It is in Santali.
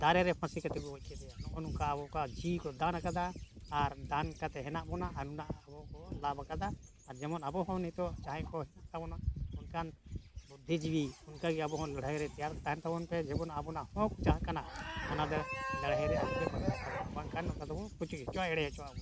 ᱫᱟᱨᱮ ᱨᱮ ᱯᱷᱟᱹᱥᱤ ᱠᱟᱛᱮᱫ ᱠᱚ ᱜᱚᱡ ᱠᱮᱫᱮᱭᱟ ᱱᱚᱜᱼᱚ ᱱᱚᱝᱠᱟ ᱟᱵᱚ ᱠᱚᱣᱟᱜ ᱡᱤᱣᱤ ᱠᱚ ᱫᱟᱱ ᱟᱠᱟᱫᱟ ᱟᱨ ᱫᱟᱱ ᱠᱟᱛᱮᱫ ᱦᱮᱱᱟᱜ ᱵᱚᱱᱟ ᱟᱨ ᱱᱩᱱᱟᱹᱜ ᱟᱵᱚ ᱵᱚ ᱞᱟᱵᱷ ᱟᱠᱟᱫᱟ ᱟᱨ ᱡᱮᱢᱚᱱ ᱟᱵᱚ ᱦᱚᱸ ᱱᱤᱛᱚᱜ ᱡᱟᱦᱟᱸᱭ ᱠᱚ ᱦᱮᱱᱟᱜ ᱛᱟᱵᱚᱱᱟ ᱚᱱᱠᱟᱱ ᱵᱩᱫᱽᱫᱷᱤ ᱡᱤᱣᱤ ᱚᱱᱠᱟ ᱜᱮ ᱟᱵᱚ ᱦᱚᱸ ᱞᱟᱹᱲᱦᱟᱹᱭ ᱨᱮ ᱛᱮᱭᱟᱨ ᱛᱟᱦᱮᱱ ᱛᱟᱵᱚᱱ ᱯᱮ ᱡᱮᱢᱚᱱ ᱟᱵᱚᱱᱟᱜ ᱦᱚᱸᱠ ᱡᱟᱦᱟᱸ ᱠᱟᱱᱟ ᱚᱱᱟ ᱫᱚ ᱞᱟᱹᱲᱦᱟᱹᱭ ᱨᱮ ᱟᱞᱚᱯᱮ ᱵᱟᱹᱜᱤᱭᱟᱛᱟᱵᱚᱱᱟ ᱵᱟᱝᱠᱷᱟᱱ ᱱᱚᱝᱠᱟ ᱫᱚᱵᱚᱱ ᱯᱩᱪᱩᱡ ᱦᱚᱪᱚ ᱮᱲᱮ ᱦᱚᱪᱚ ᱟᱵᱚᱱ